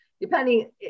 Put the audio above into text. depending